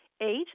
Eight